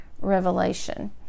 revelation